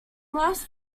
las